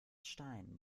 stein